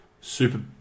super